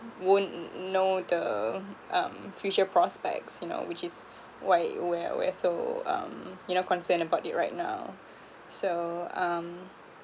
won't know the um future prospects you know which is why we're we're so um you know concerned about it right now so um